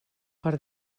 per